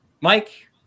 Mike